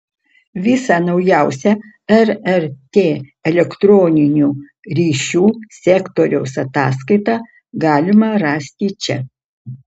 visą naujausią rrt elektroninių ryšių sektoriaus ataskaitą galima rasti čia